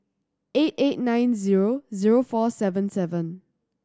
eight eight nine zero zero four seven seven